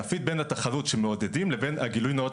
להפריד בין התחרות שמעודדים לבין הגילוי נאות